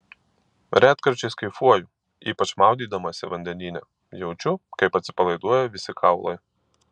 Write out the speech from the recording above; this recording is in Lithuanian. retkarčiais kaifuoju ypač maudydamasi vandenyne jaučiu kaip atsipalaiduoja visi kaulai